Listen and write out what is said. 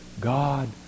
God